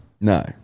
No